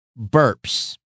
burps